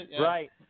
Right